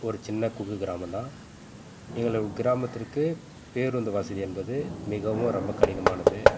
ஒரு சின்ன குக்கு கிராமம் தான் எங்களோடய கிராமத்திற்கு பேருந்து வசதி என்பது மிகவும் ரொம்ப கடினமானது